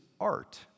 art